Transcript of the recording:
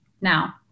now